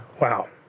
Wow